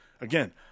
again